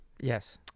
Yes